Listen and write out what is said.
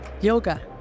Yoga